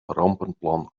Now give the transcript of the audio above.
rampenplan